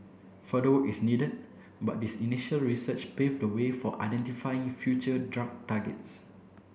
further work is needed but this initial research pave the way for identifying future drug targets